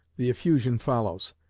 the effusion follows.